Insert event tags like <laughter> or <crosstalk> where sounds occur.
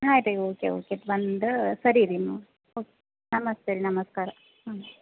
ಹಾಂ ರೀ okay okay ಬಂದು ಸರಿ ರೀ <unintelligible> ನಮಸ್ತೆ ನಮಸ್ಕಾರ ಹ್ಞೂ